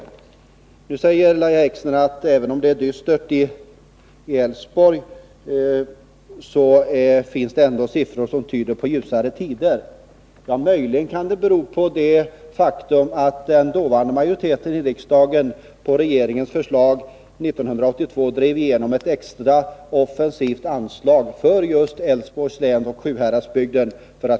Lahja Exner säger vidare att det, även om läget är dystert i Älvsborg, ändå finns siffror som tyder på ljusare tider. Det kan möjligen bero på det faktum att den dåvarande majoriteten i riksdagen på regeringens förslag 1982 drev igenom ett extra offensivt anslag för satsningar i just Älvsborgs län och Sjuhäradsbygden.